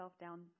down